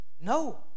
No